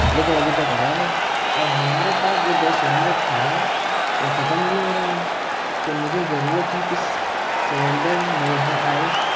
لیکن ابھی تک آیا نہیں اور ہمارے پاس جو گیس سلنڈر تھا وہ ختم بھی ہو رہا ہے تو مجھے ضرورت ہے کس سلنڈر میرے گھر آئے